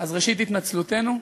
אז ראשית, התנצלותנו.